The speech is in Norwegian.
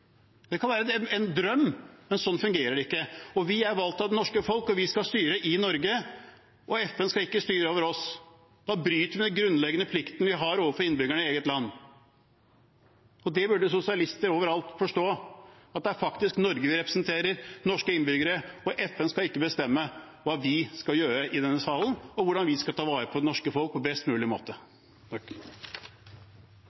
Det kan være en drøm, men sånn fungerer det ikke. Vi er valgt av det norske folk, og vi skal styre i Norge, FN skal ikke styre over oss. Da bryter vi med den grunnleggende plikten vi har overfor innbyggerne i eget land, og det burde sosialister overalt forstå, at det faktisk er Norge vi representerer, norske innbyggere. FN skal ikke bestemme hva vi skal gjøre i denne salen, og hvordan vi skal ta vare på det norske folk på best mulig måte.